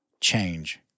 change